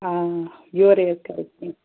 آ یورٕے حظ کَرے فون